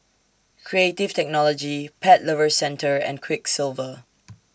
Creative Technology Pet Lovers Centre and Quiksilver